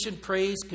praise